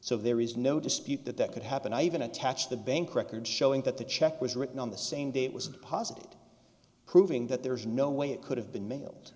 so there is no dispute that that could happen i even attach the bank records showing that the check was written on the same day it was deposited proving that there was no way it could have been maile